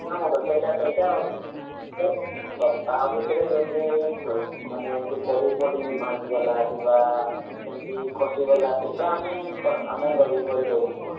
ହଁ ମଉସା ସେଇଟା ସେଇଟା ତ ତା ଭିତରେ ଯଦି ମାନେ ଏମିତି ପଡ଼ି ପଡ଼ି ଭାଙ୍ଗିଗଲା କିମ୍ବା ଏମିତି ଖସିଗଲା ସେଇଟା ଆମେ କଣ ଲଗାଇକରି ଦେବୁ ନୁହଁ